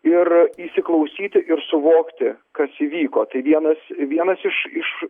ir įsiklausyti ir suvokti kas įvyko tai vienas vienas iš iš